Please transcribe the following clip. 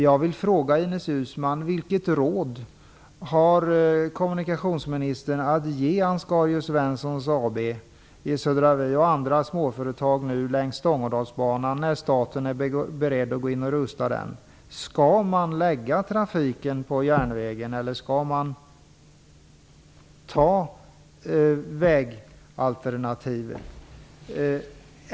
Jag vill fråga Ines Uusmann vilket råd kommunikationsministern har att ge Ansgarius Svensson AB i Södra Vi och andra småföretag längs Stångådalsbanan när staten nu är beredd att gå in och rusta upp den. Skall de lägga trafiken på järnvägen eller skall de välja vägalternativet?